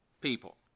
People